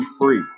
free